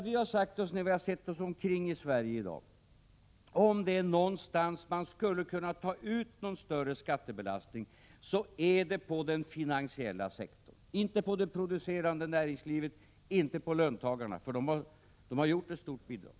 Vi har när vi sett oss omkring i Sverige i dag sagt oss att om det är någonstans man skulle kunna ta ut någon större skattebelastning, så är det på den finansiella sektorn. Det är inte på det producerande näringslivet eller på löntagarna — de har givit ett stort bidrag.